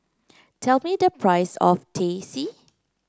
tell me the price of Teh C